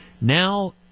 Now